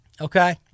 Okay